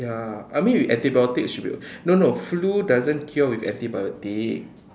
ya I mean with antibiotics should be no no flu doesn't cure with antibiotic